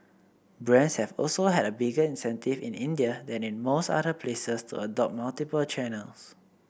brands have also had a bigger incentive in India than in most other places to adopt multiple channels